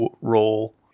role